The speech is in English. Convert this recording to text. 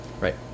Right